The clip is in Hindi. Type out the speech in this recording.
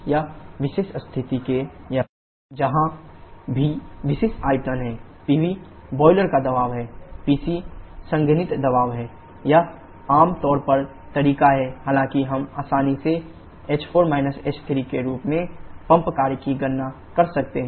इस विशेष स्थिति में यह है vPB PC जहां v विशिष्ट आयतन है PB बॉयलर का दबाव है PC संघनित्र दाब है यह आम तौर पर तरीका है हालांकि हम आसानी से h4 h3 के रूप में पंप कार्य की गणना कर सकते हैं